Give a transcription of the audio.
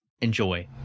Enjoy